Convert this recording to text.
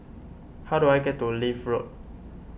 how do I get to Leith Road